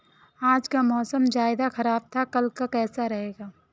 आज का मौसम ज्यादा ख़राब था कल का कैसा रहेगा?